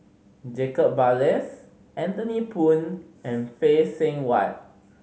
Jacob Ballas Anthony Poon and Phay Seng Whatt